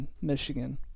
Michigan